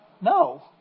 No